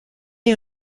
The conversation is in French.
est